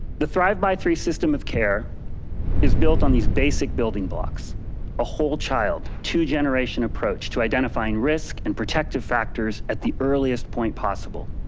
the thrive by three system of care is built on these basic building blocks a whole child two generation approach to identifying risk and protective factors at the earliest point possible.